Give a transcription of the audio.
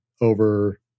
over